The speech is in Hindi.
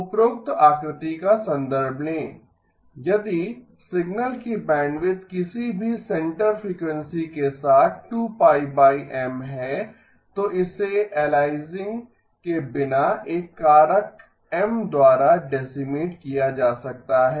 उपरोक्त आकृति का संदर्भ लें यदि सिग्नल की बैंडविड्थ किसी भी सेंटर फ्रीक्वेंसी के साथ 2 π M है तो इसे एलिसिंग के बिना एक कारक M द्वारा डेसीमेट किया जा सकता है